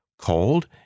cold